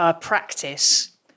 practice